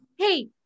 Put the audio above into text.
hey